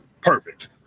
perfect